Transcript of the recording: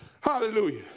hallelujah